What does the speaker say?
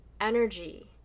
energy